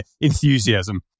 enthusiasm